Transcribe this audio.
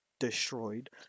destroyed